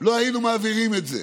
לא היינו מעבירים את זה.